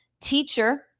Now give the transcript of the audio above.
teacher